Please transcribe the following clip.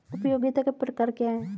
उपयोगिताओं के प्रकार क्या हैं?